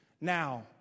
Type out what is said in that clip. Now